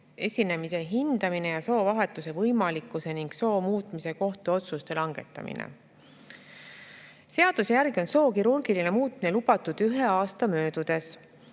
esinemise hindamine ja soovahetuse võimalikkuse ning soo muutmise kohta otsuste langetamine. Seaduse järgi on soo kirurgiline muutmine lubatud ühe aasta möödudes